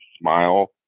smile